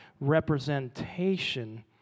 representation